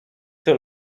czy